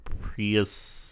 Prius